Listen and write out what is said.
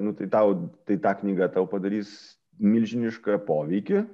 nu tai tau tai ta knyga tau padarys milžinišką poveikį